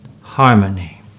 harmony